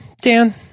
Dan